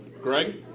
Greg